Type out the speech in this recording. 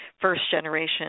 first-generation